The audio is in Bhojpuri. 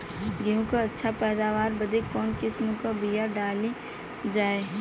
गेहूँ क अच्छी पैदावार बदे कवन किसीम क बिया डाली जाये?